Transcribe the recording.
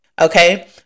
Okay